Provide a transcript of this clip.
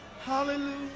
Hallelujah